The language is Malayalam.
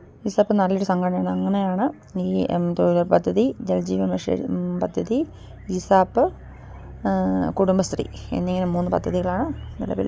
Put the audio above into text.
ഇസാപ്പ് നല്ലൊരു സംഘടനയാണ് അങ്ങനെയാണ് ഈ തൊഴിലുറപ്പ് പദ്ധതി ജലജീവൻ മിഷൻ പദ്ധതി ഇസാപ്പ് കുടുംബശ്രീ എന്നിങ്ങനെ മൂന്ന് പദ്ധതികളാണ് നിലവിൽ